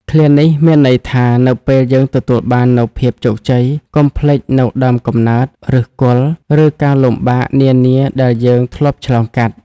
ឃ្លានេះមានន័យថា នៅពេលយើងទទួលបាននូវភាពជោគជ័យ កុំភ្លេចនូវដើមកំណើត ឫសគល់ ឬការលំបាកនានាដែលយើងធ្លាប់ឆ្លងកាត់។